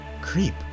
Creep